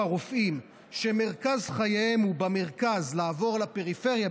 רופאים שמרכז חייהם במרכז לעבור לפריפריה,